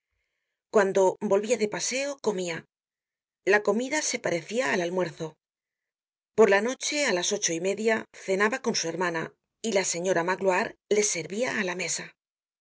guando volvia de paseo comia la comida se parecia al almuerzo por la noche á las ocho y media cenaba con su hermana y la señora magloire les servia á la mesa